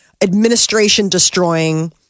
administration-destroying